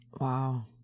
wow